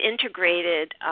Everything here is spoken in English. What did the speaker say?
integrated